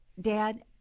Dad